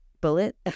bullet